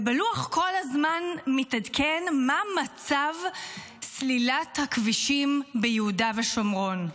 ובלוח כל הזמן מתעדכן מה מצב סלילת הכבישים ביהודה ושומרון.